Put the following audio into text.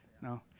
No